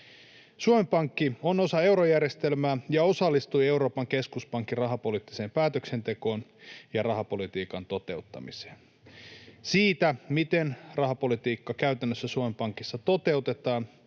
Suomen Pankki on osa eurojärjestelmää ja osallistui Euroopan keskuspankin rahapoliittiseen päätöksentekoon ja rahapolitiikan toteuttamiseen. Siitä, miten rahapolitiikka käytännössä Suomen Pankissa toteutetaan,